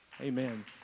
Amen